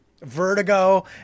vertigo